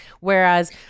Whereas